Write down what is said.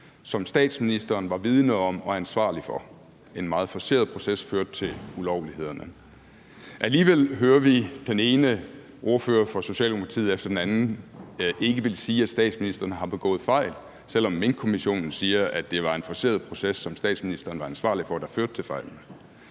som statsministeren var vidende om og ansvarlig for. En meget forceret proces førte til ulovlighederne. Alligevel hører vi, at den ene ordfører for Socialdemokratiet efter den anden ikke vil sige, at statsministeren har begået fejl, selv om Minkkommissionen siger, at det var en forceret proces, som statsministeren var ansvarlig for, der førte til fejlene.